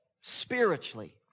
spiritually